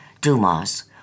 Dumas